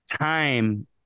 time